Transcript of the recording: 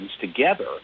together